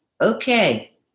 okay